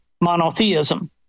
monotheism